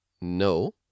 no